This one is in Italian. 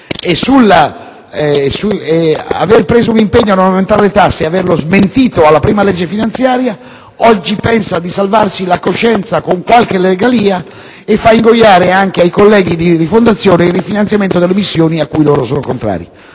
aver assunto l'impegno a non aumentare le tasse e averlo smentito alla prima legge finanziaria, oggi pensa di salvarsi la coscienza con qualche regalia, facendo ingoiare anche ai colleghi di Rifondazione il rifinanziamento delle missioni all'estero a cui sono contrari.